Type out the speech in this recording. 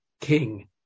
King